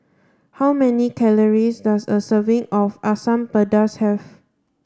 how many calories does a serving of Asam Pedas have